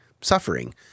suffering